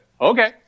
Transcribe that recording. okay